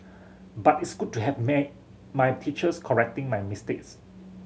but it's good to have my teachers correcting my mistakes